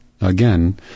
Again